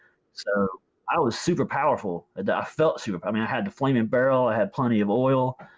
so i was super powerful. and i felt super, but i mean i had the flaming barrel, i had plenty of oil,